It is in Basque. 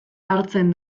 hartzen